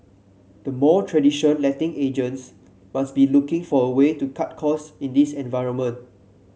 the more traditional letting agents must be looking for a way to cut cost in this environment